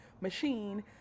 machine